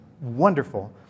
wonderful